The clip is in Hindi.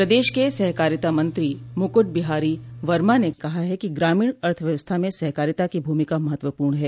प्रदेश के सहकारिता मंत्री मुकुट बिहारी वर्मा ने कहा है कि ग्रामीण अर्थव्यवस्था में सहकारिता की भूमिका महत्वपूर्ण है